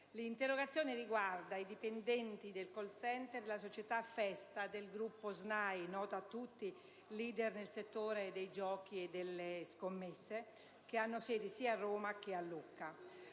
interrogazione riguarda i dipendenti del *call center* della società FESTA, del gruppo SNAI, leader noto a tutti nel settore dei giochi e delle scommesse, che ha sedi sia a Roma che a Lucca.